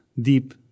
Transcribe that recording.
deep